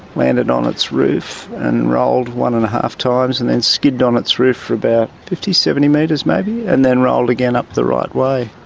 landed on its roof, and rolled one-and-a-half times and then skidded on its roof for about fifty, seventy metres maybe, and then rolled again up the right way.